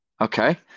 Okay